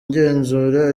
igenzura